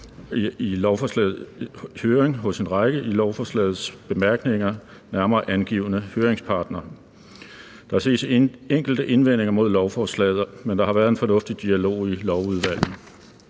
har været i høring hos en række i lovforslagets bemærkninger nærmere angivne høringsparter. Der ses enkelte indvendinger mod lovforslaget, men der har været en fornuftig dialog i lovudvalgene.